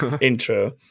intro